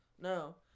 no